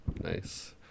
nice